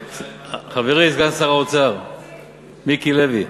חברי סגן שר האוצר מיקי לוי,